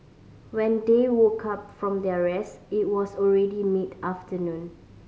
when they woke up from their rest it was already mid afternoon